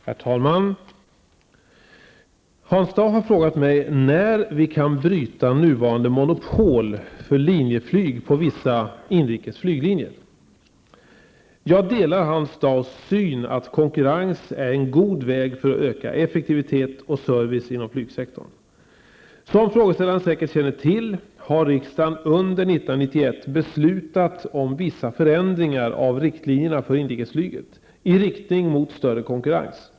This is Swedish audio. Herr talman! Hans Dau har frågat mig när vi kan bryta nuvarande monopol för Linjeflyg på vissa inrikes flyglinjer. Jag delar Hans Daus syn att konkurrens är en god väg för att öka effektivitet och service inom flygsektorn. Som frågeställaren säkert känner till har riksdagen under 1991 beslutat om vissa förändringar av riktlinjerna för inrikesflyget i riktning mot större konkurrens.